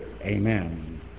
Amen